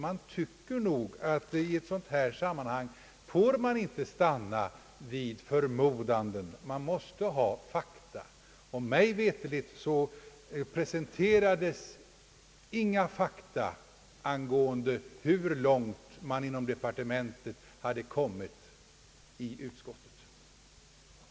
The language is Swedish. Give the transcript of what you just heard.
Jag tycker nog att man i ett sådant här sammanhang inte får nöja sig med förmodanden och förhoppningar. Man måste ha fakta. Mig veterligt presenterades inför utskottet inga fakta angående hur långt förberedelserna fortskridit inom departementet. dels föreslagit riksdagen att bifalla de förslag i övrigt, om vilkas avlåtande till riksdagen föredragande departementschefen hemställt.